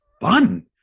fun